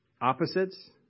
opposites